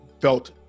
felt